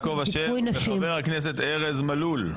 חבר הכנסת יעקב אשר וחבר הכנסת ארז מלול.